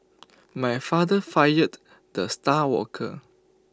my father fired the star worker